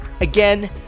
Again